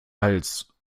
als